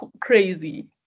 crazy